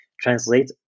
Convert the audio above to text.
translate